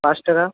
পাঁচ টাকা